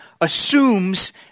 assumes